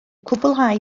cwblhau